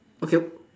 okay